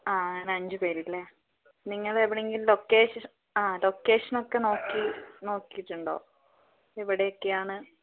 ആ അഞ്ചു പേര് അല്ലേ നിങ്ങൾ എവിടെ എങ്കിലും ലൊക്കേഷൻ അ ലൊക്കേഷനൊക്കെ നോക്കിയിട്ടുണ്ടോ എവിടെയൊക്കെയാണ്